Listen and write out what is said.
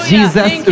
Jesus